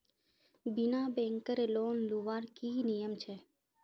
बिना बैंकेर लोन लुबार की नियम छे?